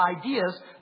ideas